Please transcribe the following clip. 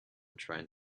trying